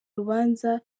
urubanza